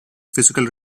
physical